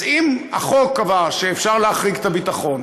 אז אם החוק קבע שאפשר להחריג את הביטחון,